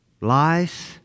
Lies